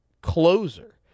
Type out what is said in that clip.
closer